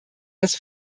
des